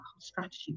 strategy